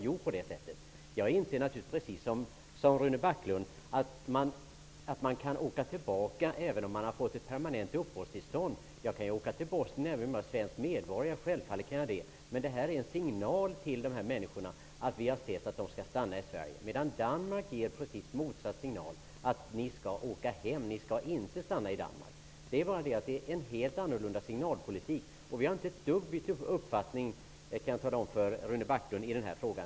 Jag inser naturligtvis precis som Rune Backlund att man kan åka tillbaka även om man har fått ett permanent uppehållstillstånd. Jag kan ju åka till Bosnien även om jag är svensk medborgare. Självfallet kan jag det! Den modell vi har i Sverige utgör en signal till dessa människor att stanna i Sverige. I Danmark ger man precis motsatt signal. Man signalerar till flyktingarna att de skall åka hem och inte stanna i Danmark. Det är en helt annorlunda signalpolitik. Jag kan tala om för Rune Backlund att vi inte det minsta har bytt uppfattning i denna fråga.